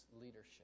leadership